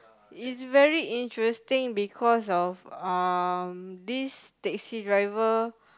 is very interesting because of um this taxi driver